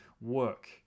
work